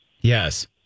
Yes